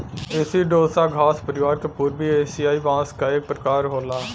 एसिडोसा घास परिवार क पूर्वी एसियाई बांस क एक प्रकार होला